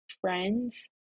friends